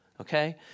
Okay